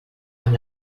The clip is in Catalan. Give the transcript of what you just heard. amb